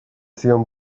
zion